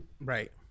right